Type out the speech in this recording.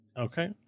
Okay